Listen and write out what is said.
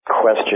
question